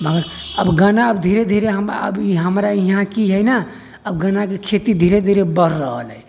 मगर आब गन्ना धीरे धीरे हमरा आब ई हमरा इहाँ कि है न आब गन्ना के खेती धीरे धीरे बढ़ रहल है